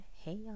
hey